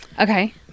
Okay